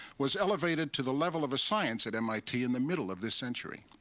was elevated to the level of a science at mit in the middle of this century.